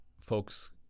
folks